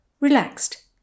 Relaxed